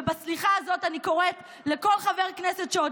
ובסליחה הזאת אני קוראת לכל חבר כנסת שעוד